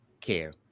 care